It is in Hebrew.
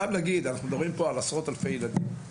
אנחנו מדברים פה על עשרות אלפי ילדים,